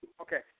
Okay